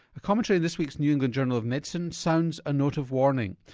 a commentary in this week's new england journal of medicine sounds a note of warning.